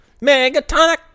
Megatonic